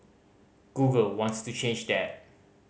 Google wants to change that